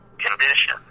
condition